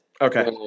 Okay